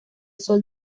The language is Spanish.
sol